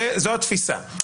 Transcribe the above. זו התפיסה.